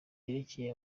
yerekeye